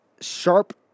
sharp